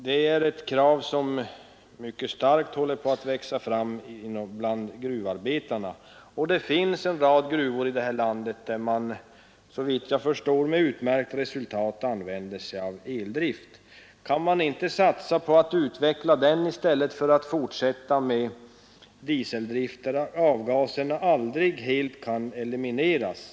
Det är ett krav som mycket starkt håller på att växa fram bland gruvarbetarna. Det finns en rad gruvor här i landet där man såvitt jag förstår med utmärkt resultat använt sig av eldrift. Kan man inte satsa på att utveckla den i stället för att Nr 134 fortsätta med dieseldriften, där avgaserna aldrig helt kan elimineras?